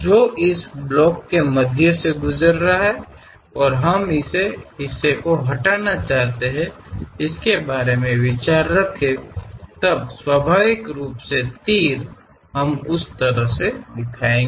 ಮತ್ತು ನಾವು ಈ ಭಾಗವನ್ನು ತೆಗೆದುಹಾಕಲು ಬಯಸುತ್ತೇವೆ ಅದರ ದೃಷ್ಟಿಕೋನವನ್ನು ಸ್ವಾಭಾವಿಕವಾಗಿ ಬಾಣಗಳು ಆ ರೀತಿಯಲ್ಲಿ ಪ್ರತಿನಿಧಿಸುತ್ತದೆ